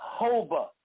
Hoba